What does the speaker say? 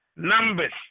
Numbers